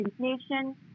inflation